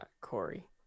Corey